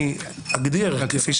אצלנו הזכות הזאת משוריינת יותר ממה שבניו